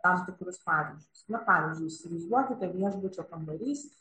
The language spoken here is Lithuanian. tam tikrus pavyzdžius na pavyzdžiui įsivaizduokite viešbučio kambarys